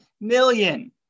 million